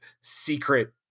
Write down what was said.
secret